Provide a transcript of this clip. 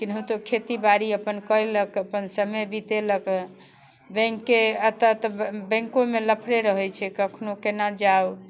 केनाहितो खेती बाड़ी अपन केलक अपन समय बितेलक बैंकके अतऽ तऽ बैंकोमे लफरे रहै छै कखनो केना जाउ